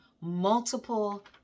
multiple